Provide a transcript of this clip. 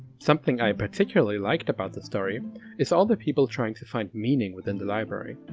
something i particularly liked about the story is all the people trying to find meaning within the library.